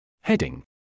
Heading